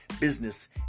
business